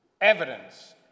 evidence